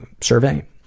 survey